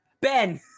Ben